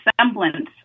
semblance